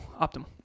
optimal